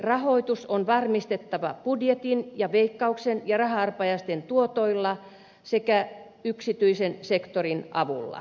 kulttuurirahoitus on varmistettava budjetin veikkauksen ja raha arpajaisten tuottojen sekä yksityisen sektorin avulla